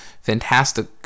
fantastic